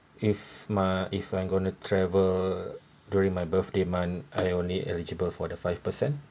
if my if I'm going to travel during my birthday month I only eligible for the five percent